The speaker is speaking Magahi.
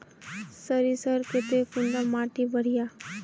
सरीसर केते कुंडा माटी बढ़िया?